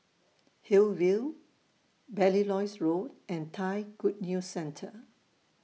Hillview Belilios Road and Thai Good News Centre